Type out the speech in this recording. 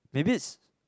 maybe it's